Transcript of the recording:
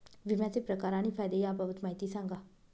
विम्याचे प्रकार आणि फायदे याबाबत माहिती सांगा